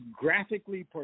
graphically